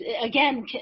again